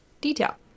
detail